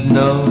no